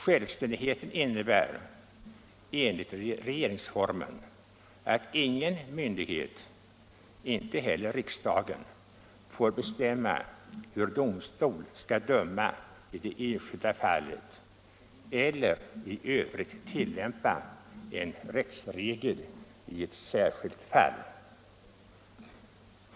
Självständigheten innebär enligt regeringsformen att ingen myndighet, inte heller riksdagen, får bestämma hur domstol skall döma i det enskilda fallet eller i övrigt tillämpa en rättsregel i ett särskilt fall.